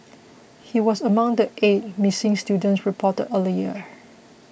he was among the eight missing students reported earlier